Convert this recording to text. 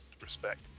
respect